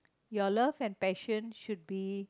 your love and passion should be